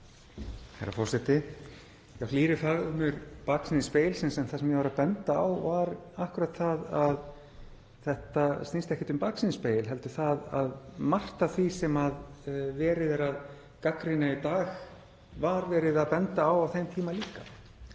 Herra forseti. Já, hlýr er faðmur baksýnisspegilsins, en það sem ég var að benda á var akkúrat það að þetta snýst ekkert um baksýnisspegil heldur það að margt af því sem verið er að gagnrýna í dag var verið að benda á á þeim tíma líka.